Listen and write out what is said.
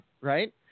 Right